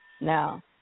Now